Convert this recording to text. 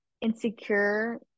insecure